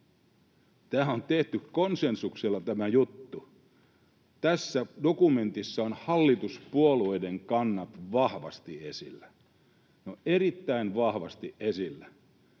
juttu on tehty konsensuksella. Tässä dokumentissa ovat hallituspuolueiden kannat vahvasti esillä, ne ovat erittäin vahvasti esillä.